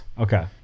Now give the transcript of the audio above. Okay